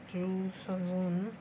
juice साधारण